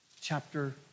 chapter